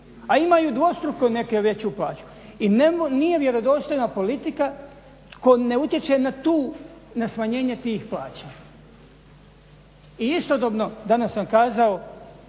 A imaju dvostruko neki veću plaću. I nije vjerodostojna politika koja ne utječe na smanjenje tih plaća. I istodobno danas sam kazao